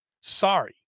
Sorry